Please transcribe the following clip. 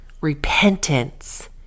repentance